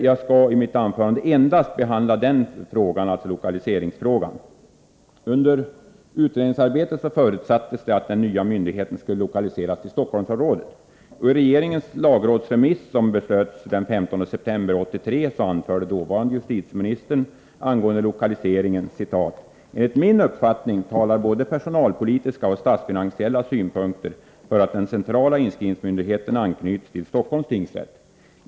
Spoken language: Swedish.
Jag skall i mitt anförande endast behandla lokaliseringsfrågan. Under utredningsarbetet förutsattes att den nya myndigheten skulle lokaliseras till Stockholmsområdet. ”Enligt min uppfattning talar både personalpolitiska och statsfinansiella synpunkter för att den centrala inskrivningsmyndigheten anknyts till Stockholms tingsrätt.